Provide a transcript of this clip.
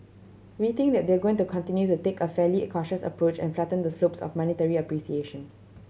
we think that they're going to continue to take a fairly cautious approach and flatten the slopes of monetary appreciation